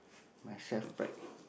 my self pride